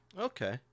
Okay